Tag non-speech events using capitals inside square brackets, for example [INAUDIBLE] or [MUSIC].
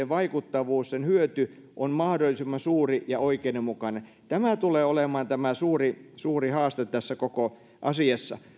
[UNINTELLIGIBLE] vaikuttavuus sen hyöty on mahdollisimman suuri ja oikeudenmukainen tämä tulee olemaan tämä suuri suuri haaste tässä koko asiassa